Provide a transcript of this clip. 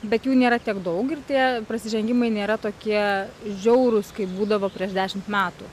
bet jų nėra tiek daug ir tie prasižengimai nėra tokie žiaurūs kaip būdavo prieš dešimt metų